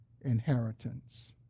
inheritance